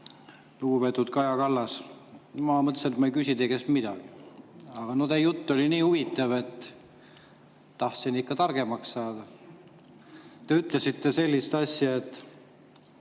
Lugupeetud Kaja Kallas! Ma mõtlesin, et ma ei küsi teie käest midagi, aga teie jutt oli nii huvitav, et ma tahan ikka targemaks saada. Te ütlesite sellist asja, et